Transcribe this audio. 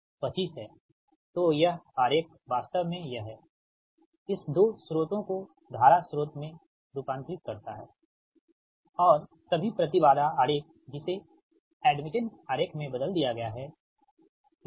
तो यह आरेख वास्तव में यह है इस 2 स्रोतों को धारा स्रोत में रूपांतरित करता है और सभी प्रति बाधा आरेख जिसे एड्मिटेंस आरेख में बदल दिया गया है ठीक है